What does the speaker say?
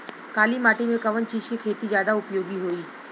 काली माटी में कवन चीज़ के खेती ज्यादा उपयोगी होयी?